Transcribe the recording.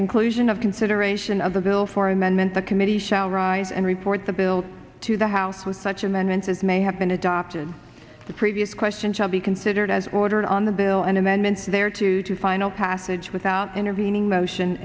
conclusion of consideration of the bill for amendment the committee shall rise and report the bill to the house with such amendments as may have been adopted the previous question shall be considered as ordered on the bill and amendments there to final passage without intervening motion